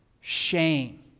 shame